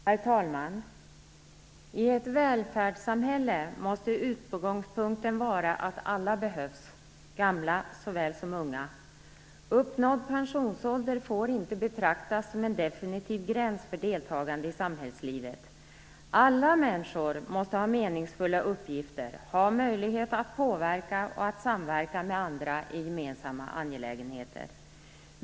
Herr talman! I ett välfärdssamhälle måste utgångspunkten vara att alla behövs, gamla såväl som unga. Uppnådd pensionsålder får inte betraktas som en definitiv gräns för deltagande i samhällslivet. Alla människor måste ha meningsfulla uppgifter, ha möjlighet att påverka och att samverka med andra i gemensamma angelägenheter.